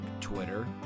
Twitter